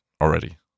already